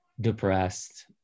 depressed